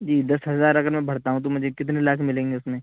جی دس ہزار اگر میں بھرتا ہوں تو مجھے کتنے لاکھ ملیں گے اس میں